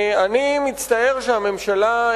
אני מצטער שהממשלה,